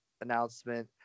announcement